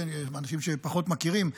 יש אנשים שפחות מכירים,